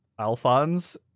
Alphonse